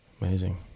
amazing